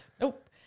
Nope